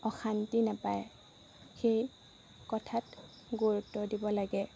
অশান্তি নেপায় সেই কথাত গুৰুত্ব দিব লাগে